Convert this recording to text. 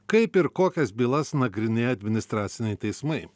kaip ir kokias bylas nagrinėja administraciniai teismai